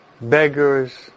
beggars